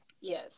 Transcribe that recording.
yes